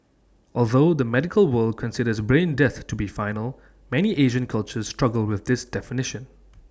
although the medical world considers brain death to be final many Asian cultures struggle with this definition